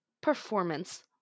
performance